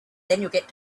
year